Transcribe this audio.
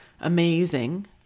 amazing